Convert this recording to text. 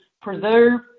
Preserve